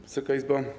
Wysoka Izbo!